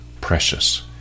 precious